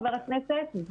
חבר הכנסת,